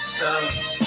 sons